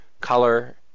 Color